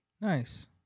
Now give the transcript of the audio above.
Nice